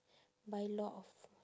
buy lot of